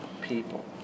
people